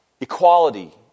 equality